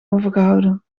overgehouden